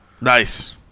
Nice